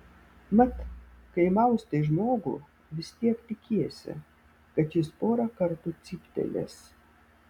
mat kai maustai žmogų vis tiek tikiesi kad jis porą kartų cyptelės